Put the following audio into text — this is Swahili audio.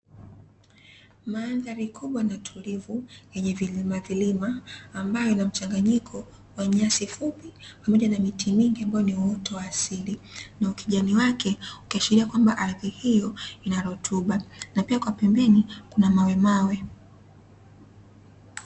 Mandhari kubwa na tulivu yenye vilimavilima, ambayo ina mchanganyiko wa nyasi fupi pamoja na miti mingi, ambayo ni uoto wa asili; na ukijani wake ukiashiria kwamba ardhi hiyo ina rutuba, na pia kwa pembeni kuna mawemawe.